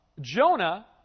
Jonah